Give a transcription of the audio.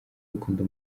bakunda